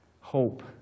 hope